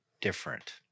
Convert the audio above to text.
different